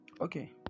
Okay